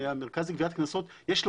כי אם יקום עכשיו גוף שפטור ממכרז זה דברים